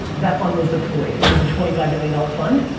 that fund was deployed, it was a twenty five million dollar fund,